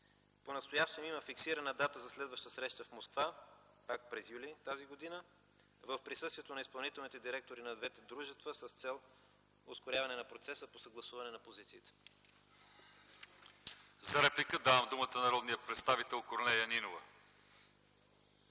Понастоящем има фиксирана дата за следваща среща в Москва, пак през юли т.г., в присъствието на изпълнителните директори на двете дружества с цел ускоряване на процеса по съгласуване на позициите. ПРЕДСЕДАТЕЛ ЛЪЧЕЗАР ИВАНОВ: За реплика давам думата на народния представител Корнелия Нинова.